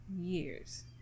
years